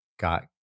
got